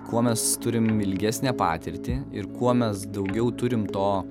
kuo mes turim ilgesnę patirtį ir kuo mes daugiau turim to